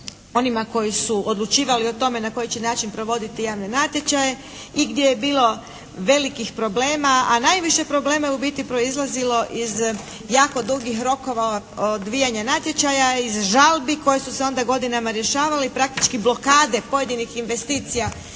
onima koji su odlučivali o tome na koji će način provoditi javne natječaje i gdje je bilo velikih problema, a najviše problema je u biti proizlazilo iz jako dugih rokova odvijanja natječaja i iz žalbi koje su se onda godinama rješavale i praktički blokade pojedinih investicija